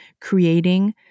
creating